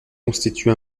constitue